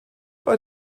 bei